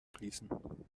fließen